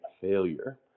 Failure